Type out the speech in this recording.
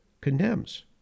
condemns